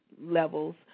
levels